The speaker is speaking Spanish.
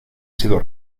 sido